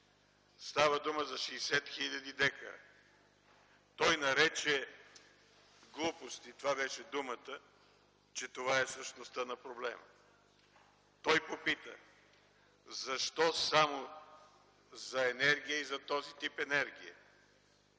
става дума за 60 хил. декара. Той нарече глупости – това беше думата, че това е същността на проблема. Той попита: „Защо само за енергия и за този тип енергия?”